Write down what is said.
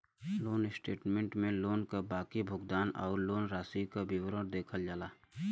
loan statement में loan क बाकी भुगतान आउर लोन राशि क विवरण देखल जाला